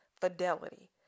fidelity